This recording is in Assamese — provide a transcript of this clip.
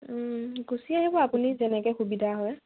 গুচি আহিব আপুনি যেনেকে সুবিধা হয়